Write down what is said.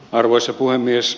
arvoisa puhemies